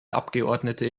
abgeordnete